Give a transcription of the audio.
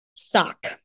Sock